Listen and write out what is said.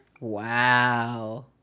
Wow